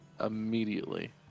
immediately